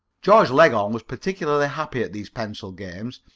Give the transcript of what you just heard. george leghorn was particularly happy at these pencil games,